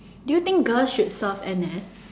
do you think girls should serve N_S